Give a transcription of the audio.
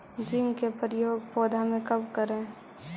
Zinc के प्रयोग पौधा मे कब करे?